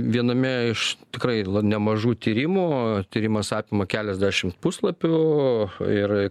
viename iš tikrai nemažų tyrimų tyrimas apima keliasdešim puslapių ir